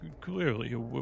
clearly